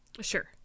Sure